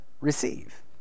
Receive